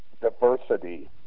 diversity